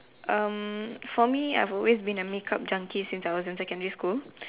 for me I have always been a make up junkie since I was in secondary school